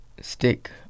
stick